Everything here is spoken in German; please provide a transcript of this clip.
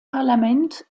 parlament